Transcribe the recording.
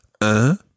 Un